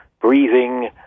breathing